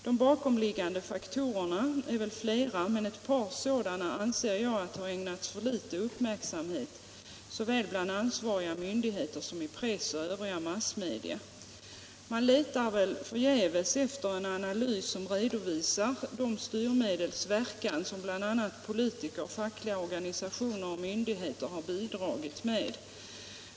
De bakomliggande faktorerna är väl flera, men ett par sådana anser jag har ägnats för liten uppmärksamhet såväl bland ansvariga myndigheter som i press och övriga: massmedia. Man letar förgäves efter en analys som redovisar de styrmedels verkan som bl.a. politiker, fackliga organisationer och myndigheter har bidragit med.